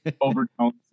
overtones